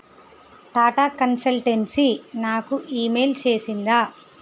Tata consultancy నాకు email చేసిందా